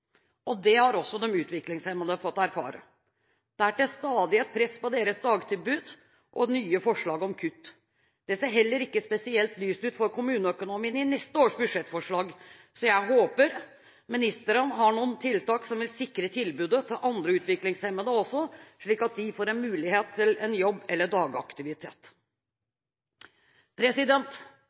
Det har også de utviklingshemmede fått erfare. Det er til stadighet press på deres dagtilbud og nye forslag om kutt. Det ser heller ikke spesielt lyst ut for kommuneøkonomien i neste års budsjettforslag, så jeg håper ministeren har noen tiltak som vil sikre tilbudet også til andre utviklingshemmede, slik at de får mulighet for en jobb eller